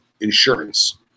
insurance